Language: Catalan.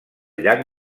llac